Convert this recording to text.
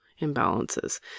imbalances